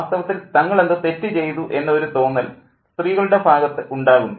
വാസ്തവത്തിൽ തങ്ങൾ എന്തോ തെറ്റു ചെയ്തു എന്ന ഒരു തോന്നൽ സ്ത്രീകളുടെ ഭാഗത്ത് ഉണ്ടാകുന്നു